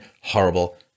horrible